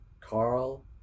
Carl